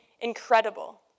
incredible